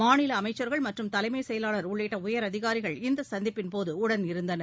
மாநில அமைச்சர்கள் மற்றும் தலைமை செயலாளர் உள்ளிட்ட உயர் அதிகாரிகள் இந்த சந்திப்பின் போது உடனிருந்தனர்